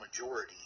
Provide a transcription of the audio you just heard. majority